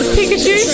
Pikachu